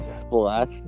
Splash